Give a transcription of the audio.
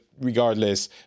regardless